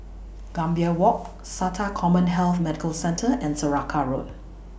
Gambir Walk Sata Commhealth Medical Centre and Saraca Road